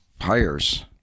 hires